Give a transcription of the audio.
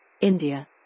India